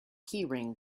keyring